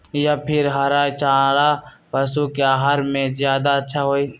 या फिर हरा चारा पशु के आहार में ज्यादा अच्छा होई?